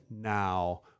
now